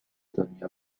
دنیا